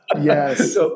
Yes